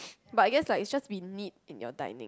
but I guess like it's just be neat in your dining